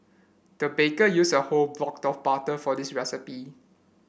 the baker used a whole block of butter for this recipe